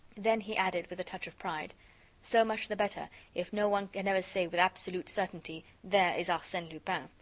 then he added, with a touch of pride so much the better if no one can ever say with absolute certainty there is arsene lupin!